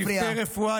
צוותי רפואה,